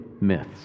myths